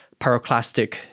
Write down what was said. pyroclastic